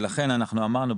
ולכן אנחנו אמרנו,